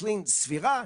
אקלים סבירה,